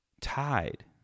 tied